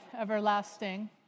everlasting